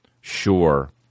sure